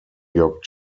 york